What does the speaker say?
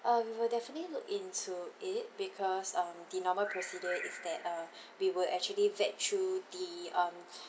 um we will definitely look into it because um the normal procedure is that uh we will actually vet through the um